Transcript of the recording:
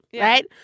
right